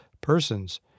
persons